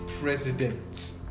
president